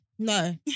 No